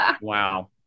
Wow